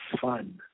fun